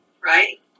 right